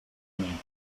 mim